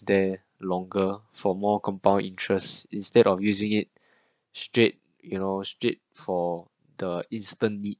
there longer for more compound interest instead of using it straight you know straight for the instantly